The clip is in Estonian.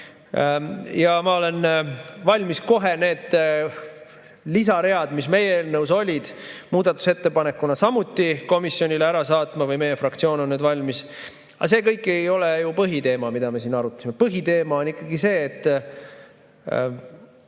Ja ma olen valmis kohe need lisaread, mis meie eelnõus olid, muudatusettepanekuna samuti komisjonile ära saatma, õigemini meie fraktsioon on valmis. Aga see kõik ei ole ju põhiteema, mida me siin arutasime. Põhiteema on ikkagi see, et